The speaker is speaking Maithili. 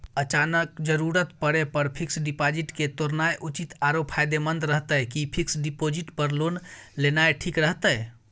अचानक जरूरत परै पर फीक्स डिपॉजिट के तोरनाय उचित आरो फायदामंद रहतै कि फिक्स डिपॉजिट पर लोन लेनाय ठीक रहतै?